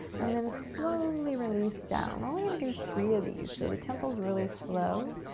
and then slowly release down. we're only gonna do three of these so the tempo's really slow.